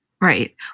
Right